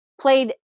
played